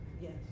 yes